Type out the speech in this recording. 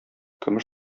көмеш